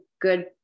good